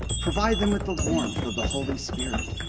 provide them with the warmth of the holy spirit,